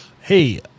hey